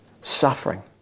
suffering